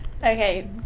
Okay